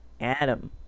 Adam